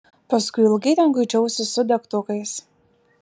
paskui ilgai ten kuičiausi su degtukais